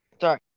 sorry